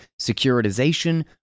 securitization